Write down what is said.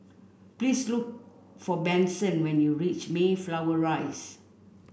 please look for Benson when you reach Mayflower Rise